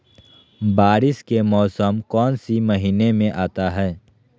बारिस के मौसम कौन सी महीने में आता है?